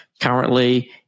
Currently